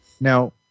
Now